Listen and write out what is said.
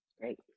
Great